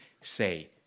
say